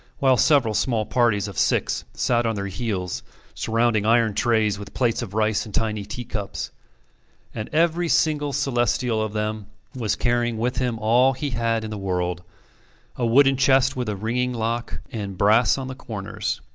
while several small parties of six sat on their heels surrounding iron trays with plates of rice and tiny teacups and every single celestial of them was carrying with him all he had in the world a wooden chest with a ringing lock and brass on the corners,